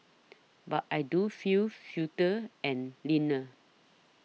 but I do feel fitter and leaner